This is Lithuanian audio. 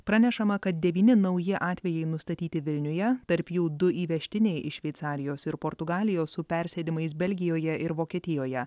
pranešama kad devyni nauji atvejai nustatyti vilniuje tarp jų du įvežtiniai iš šveicarijos ir portugalijos su persėdimais belgijoje ir vokietijoje